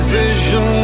vision